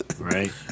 Right